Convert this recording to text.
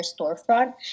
storefront